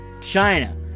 China